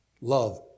Love